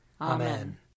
Amen